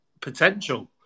potential